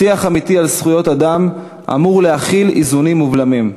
שיח אמיתי על זכויות האדם אמור להכיל איזונים ובלמים,